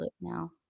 now